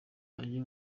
ajye